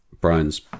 Brian's